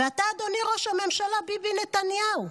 ואתה, אדוני ראש הממשלה ביבי נתניהו,